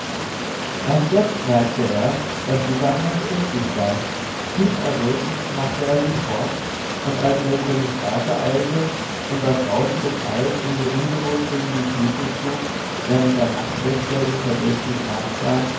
erst jetzt merkte er daß die sache nicht richtig sei tief errötend machte er sich fort und als er über die straße eilte und das rauschende kleid ihm so ungewohnt gegen die füße schlug während der nachtwächter ihm verdächtig nachsah